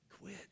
quit